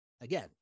Again